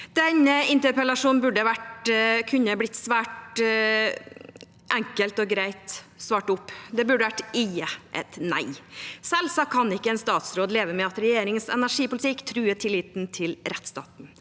Denne interpellasjonen kunne blitt svært enkelt og greit svart opp. Det burde vært «ijje» – nei. Selvsagt kan ikke en statsråd leve med at regjeringens energipolitikk truer tilliten til rettsstaten.